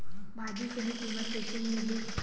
भाजी सही कीमत कइसे मिलही?